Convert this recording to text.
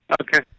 okay